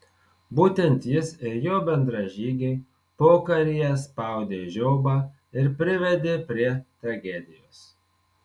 būtent jis ir jo bendražygiai pokaryje spaudė žiobą ir privedė prie tragedijos